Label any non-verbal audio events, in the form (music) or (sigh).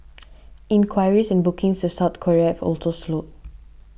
(noise) inquiries and bookings to South Korea have also slowed